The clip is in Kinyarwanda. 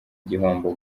gihombo